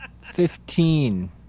Fifteen